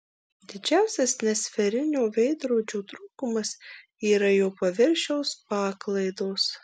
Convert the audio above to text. didžiausias nesferinio veidrodžio trūkumas yra jo paviršiaus paklaidos